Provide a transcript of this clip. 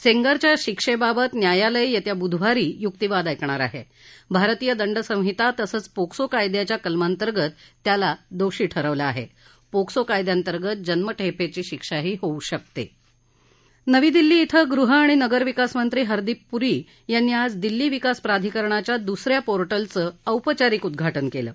सेंगरच्या शिक्षष्प्रत न्यायालय यस्वी बुधवारी युक्तिवाद ऐकणार आह भारतीय दंड संहिता तसंच पोक्सो कायद्याच्या कलमांतर्गत त्याला दोषी ठरवलं आह मोक्सो कायद्याअंतर्गत जन्मठराष्ट्री शिक्षा होऊ शकत नवी दिल्ली क्रिं गृह आणि नगरविकास मंत्री हरदीप पुरी यांनी आज दिल्ली विकास प्राधिकरणाच्या दुसऱ्या पोर्टलचं औपचारिक उद्घाटन कलि